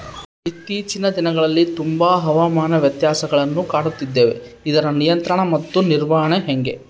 ಇತ್ತೇಚಿನ ದಿನಗಳಲ್ಲಿ ತುಂಬಾ ಹವಾಮಾನ ವ್ಯತ್ಯಾಸಗಳನ್ನು ಕಾಣುತ್ತಿದ್ದೇವೆ ಇದರ ನಿಯಂತ್ರಣ ಮತ್ತು ನಿರ್ವಹಣೆ ಹೆಂಗೆ?